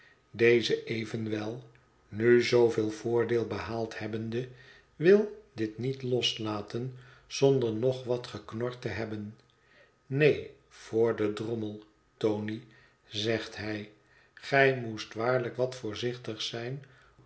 deze evenwel nu zooveel voordeel behaald hebbende wil dit niet loslaten zonder nog wat geknord te hebben neen voor den drommel tony zegt hij gij moest waarlijk wat voorzichtig zijn